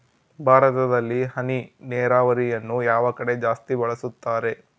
ಭಾರತದಲ್ಲಿ ಹನಿ ನೇರಾವರಿಯನ್ನು ಯಾವ ಕಡೆ ಜಾಸ್ತಿ ಬಳಸುತ್ತಾರೆ?